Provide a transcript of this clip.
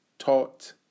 taught